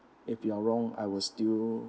if you are wrong I will still